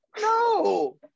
No